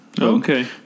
Okay